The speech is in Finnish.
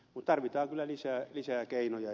mutta tarvitaan kyllä lisää keinoja